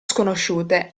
sconosciute